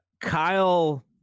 Kyle